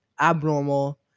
abnormal